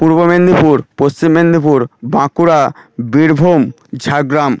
Purba Medinipur Paschim Medinipur Bankura Birbhum Jhargram